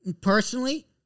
Personally